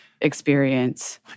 experience